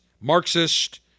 Marxist